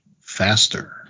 faster